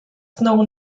known